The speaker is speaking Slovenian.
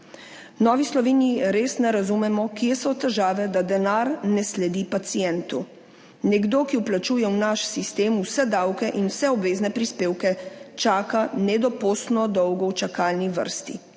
Novi Sloveniji res ne razumemo, kje so težave, da denar ne sledi pacientu. Nekdo, ki vplačuje v naš sistem vse davke in vse obvezne prispevke, čaka nedopustno dolgo v čakalni vrsti